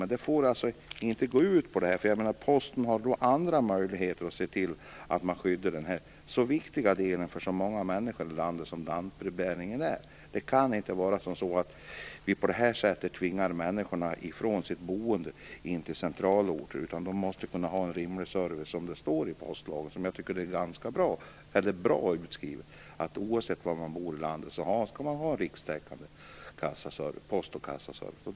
Men det får inte gå till så här. Posten har andra möjligheter att skydda den viktiga del som lantbrevbäringen är för många människor i landet. Vi kan inte på detta sätt tvinga människor från sitt boende och in till centralorter. De måste kunna ha en rimlig service, som det står i postlagen. Oavsett var man bor i landet skall man ha rikstäckande post och kassaservice.